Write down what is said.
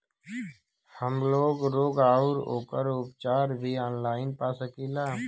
हमलोग रोग अउर ओकर उपचार भी ऑनलाइन पा सकीला?